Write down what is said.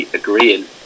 agreeing